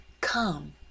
Come